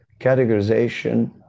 Categorization